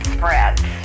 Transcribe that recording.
Spreads